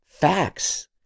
facts